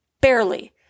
barely